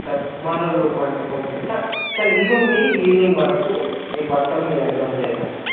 sir tomorrow లోపంటే కొంచెం sir ఎల్లుండి ఈవెనింగ్ వరకు మీ బట్టలు మీదగ్గర ఉంటయి సార్